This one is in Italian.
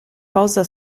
posa